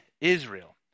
Israel